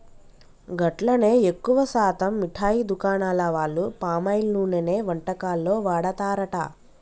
గట్లనే ఎక్కువ శాతం మిఠాయి దుకాణాల వాళ్లు పామాయిల్ నూనెనే వంటకాల్లో వాడతారట